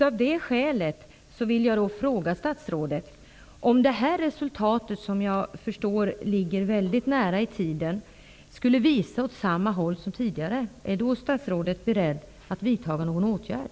Av det skälet vill jag fråga statsrådet: Om det här resultatet, som tydligen ligger nära i tiden, skulle peka åt samma håll som tidigare, är statsrådet då beredd att vidta någon åtgärd?